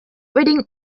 reading